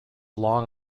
long